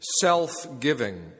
self-giving